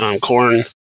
corn